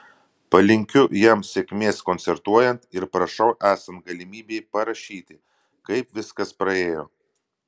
palinkiu jam sėkmės koncertuojant ir prašau esant galimybei parašyti kaip viskas praėjo